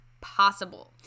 possible